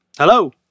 Hello